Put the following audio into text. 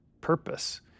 purpose